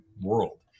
world